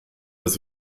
dass